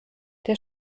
der